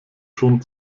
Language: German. schon